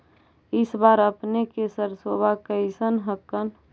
इस बार अपने के सरसोबा कैसन हकन?